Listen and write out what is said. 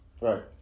right